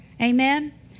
Amen